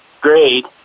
great